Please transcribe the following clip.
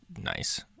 nice